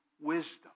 wisdom